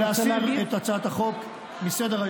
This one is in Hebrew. להסיר את הצעת החוק מסדר-היום.